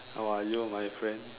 how are you my friend